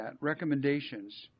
recommendations